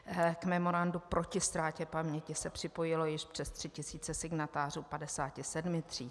K Memorandu proti ztrátě paměti se připojilo již přes 3 tisíce signatářů 57 tříd.